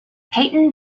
payton